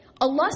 Allah